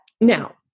Now